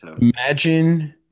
Imagine –